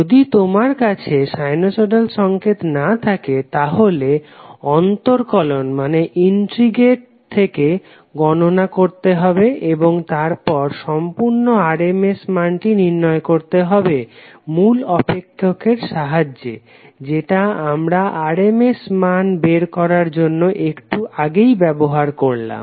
যদি তোমার কাছে সাইনোসডাল সংকেত না থাকে তাহলে অন্তরকলন থেকে গননা করতে হবে এবং তারপর সম্পূর্ণ RMS মানটিকে নির্ণয় করতে হবে মূল অপেক্ষকের সাহায্যে যেটা আমরা RMS মান বের করার জন্য একটু আগেই ব্যবহার করলাম